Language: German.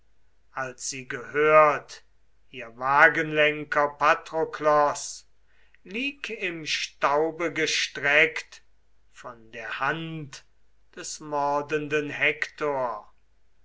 als sie gehört ihr wagenlenker patroklos lieg im staube gestreckt von der hand des mordenden hektor